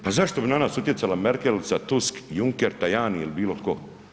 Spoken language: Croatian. Pa zašto bi na nas utjecaja Merkelica, Tusk, Juncker, Tajani ili bilo tko?